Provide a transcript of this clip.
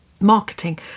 marketing